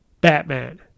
Batman